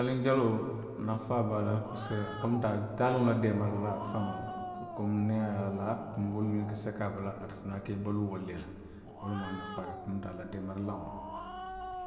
Taaliŋ jaloo, nafaa be a la parisiko a ka munta ko taliŋo la deemaarilaŋo faŋo komi niŋ a ye alaa, tunboolu minnu ka seki a bala, a fanaŋ ka baluu ate fanaŋ ke i baluu wolu le la. Wo lemu a nafaa ti, a munta ko a la deemaarilaŋo loŋ